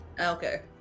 Okay